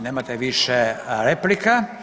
Nemate više replika.